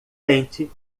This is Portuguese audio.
tente